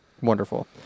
wonderful